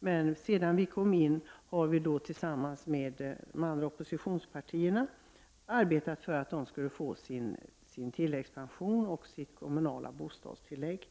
men sedan vi kom in i riksdagen har vi tillsammans med de andra oppositionspartierna arbetat för att dessa människor skall få tilläggspension och kommunalt bostadstillägg.